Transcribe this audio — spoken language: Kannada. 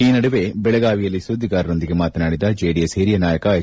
ಈ ನಡುವೆ ಬೆಳಗಾವಿಯಲ್ಲಿ ಸುದ್ದಿಗಾರರೊಂದಿಗೆ ಮಾತನಾಡಿದ ಜೆಡಿಎಸ್ ಹಿರಿಯ ನಾಯಕ ಎಚ್